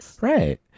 Right